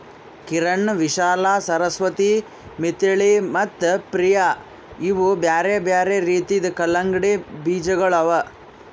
ಕಿರಣ್, ವಿಶಾಲಾ, ಸರಸ್ವತಿ, ಮಿಥಿಳಿ ಮತ್ತ ಪ್ರಿಯ ಇವು ಬ್ಯಾರೆ ಬ್ಯಾರೆ ರೀತಿದು ಕಲಂಗಡಿ ಬೀಜಗೊಳ್ ಅವಾ